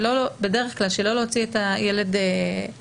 בדרך כלל שלא להוציא את הילד מחזקתם.